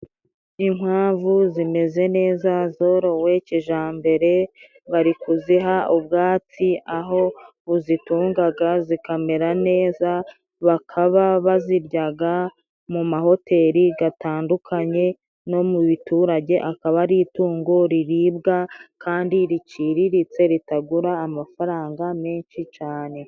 Inkwavu zimeze neza zorowe kijambere, bari kuziha ubwatsi aho buzitungaga zikamera neza, bakaba baziryaga mu mahoteli gatandukanye no mu biturage, akaba ari itungo riribwa kandi riciriritse, ritagura amafaranga menshi cane.